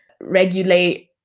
regulate